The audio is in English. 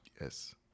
Yes